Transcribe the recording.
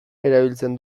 erabiltzen